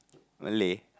Malay